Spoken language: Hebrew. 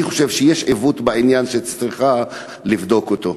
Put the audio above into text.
אני חושב שיש בעניין עיוות שאת צריכה לבדוק אותו.